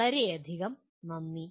വളരെയധികം നന്ദി